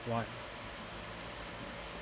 what